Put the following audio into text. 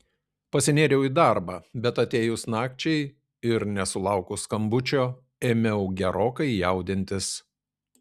pasinėriau į darbą bet atėjus nakčiai ir nesulaukus skambučio ėmiau gerokai jaudintis